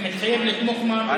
אתה מתחייב לתמוך בוועדת שרים?